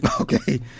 Okay